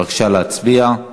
בבקשה להצביע.